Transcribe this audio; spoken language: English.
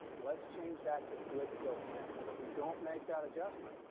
let's change that to good till canceled. if we don't make that adjustment,